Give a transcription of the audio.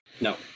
No